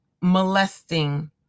molesting